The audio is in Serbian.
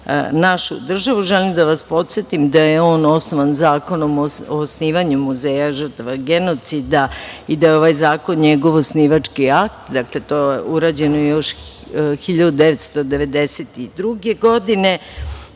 našu državu. Želim da vas podsetim da je on osnovan Zakonom o osnivanju Muzeja žrtvama genocida i da je ovaj zakon njegov osnivački akt. To je urađeno još 1992. godine